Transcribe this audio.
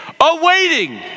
awaiting